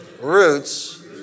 roots